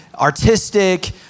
artistic